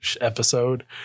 episode